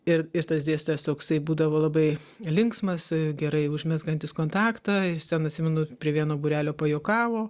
ir ir tas dėstytojas toksai būdavo labai linksmas gerai užmezgantis kontaktą jis ten atsimenu prie vieno būrelio pajuokavo